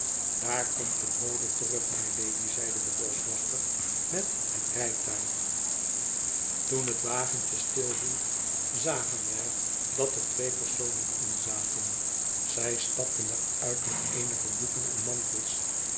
daar komt de bode terug mylady zeide de bosch wachter met het rijtuig toen het wagentje stilhield zagen wij dat er twee personen in zaten zij stapten er uit met eenige doeken en mantels